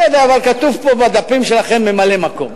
בסדר, אבל כתוב פה בדפים שלכם: ממלא-מקום.